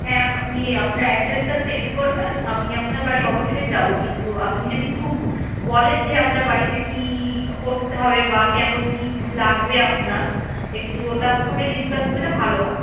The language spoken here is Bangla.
হ্যাঁ আপনি আপনার অ্যাড্রেসটা সেন্ড করবেন আমি আপনার বাড়ি অবশ্যই যাবো কিন্তু আপনি যদি খুব বলেন যে আপনার বাড়িতে কি করতে হবে বা কেমন কী লাগবে আপনার একটু ওটা ফোনে ডিসকাস করলে ভালো হয়